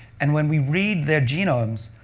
and when we read their genomes,